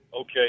Okay